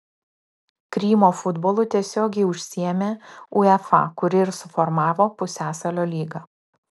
krymo futbolu tiesiogiai užsiėmė uefa kuri ir suformavo pusiasalio lygą